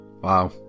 Wow